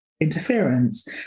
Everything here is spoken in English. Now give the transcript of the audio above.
interference